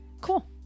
Cool